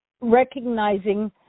recognizing